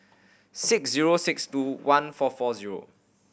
six zero six two one four four zero